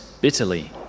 bitterly